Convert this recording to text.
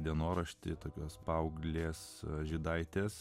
dienoraštį tokios paauglės žydaitės